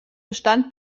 bestand